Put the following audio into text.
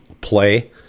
Play